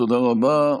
תודה רבה.